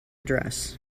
dress